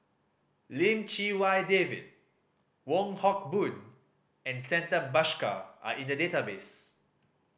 Lim Chee Wai David Wong Hock Boon and Santha Bhaskar are in the database